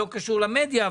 לא קשור למדיה,